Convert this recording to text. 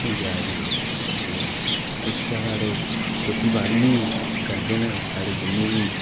उत्थै गेआ उठी किश ते साढ़े खेतीबाड़ी बी करदे न साढ़े जिन्ने बी